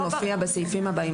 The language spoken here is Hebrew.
זה מופיע בסעיפים הבאים,